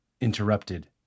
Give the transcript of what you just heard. interrupted